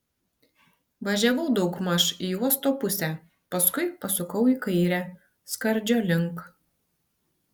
važiavau daugmaž į uosto pusę paskui pasukau į kairę skardžio link